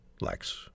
Lex